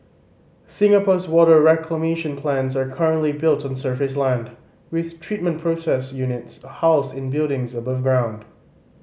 Singapore's water reclamation plants are currently built on surface land with treatment process units housed in buildings above ground